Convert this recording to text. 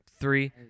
Three